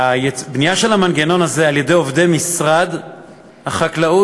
הבנייה של המנגנון הזה על-ידי עובדי משרד החקלאות,